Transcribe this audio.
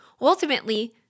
Ultimately